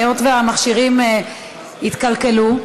היות שהמכשירים התקלקלו.